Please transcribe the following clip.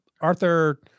Arthur